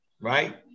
right